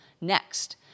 next